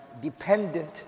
dependent